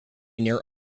near